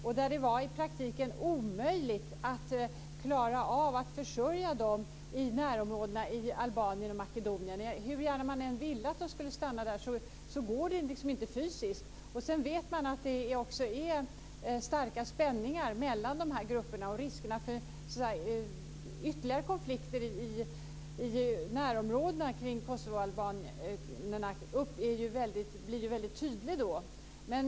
Det var i praktiken omöjligt att klara av att försörja dessa i närområdena - i Albanien och Makedonien. Hur gärna man än ville att de skulle stanna där går det inte rent fysiskt. Man vet också att det finns starka spänningar mellan de här grupperna. Riskerna för ytterligare konflikter i närområdena kring kosovoalbanerna blir väldigt tydliga.